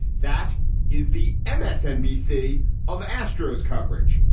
that is the msnbc of astros coverage.